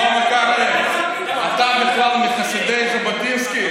תשמע, שלמה קרעי, אתה בכלל מחסידי ז'בוטינסקי?